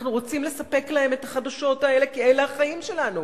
אנחנו רוצים לספק להם את החדשות האלה כי אלה החיים שלנו,